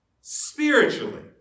spiritually